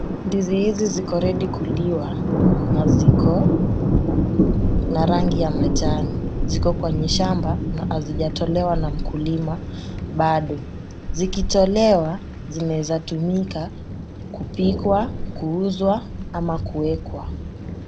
Ndizi hizi ziko ready kuliwa na ziko na rangi ya majani ziko kwenye shamba na hazijatolewa na mkulima bado, zikitolewa zinaeza tumika kupikwa, kuuzwa ama kuekwa.